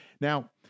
Now